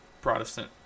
Protestant